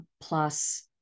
plus